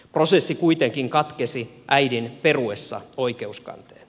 prosessi kuitenkin katkesi äidin peruessa oikeuskanteen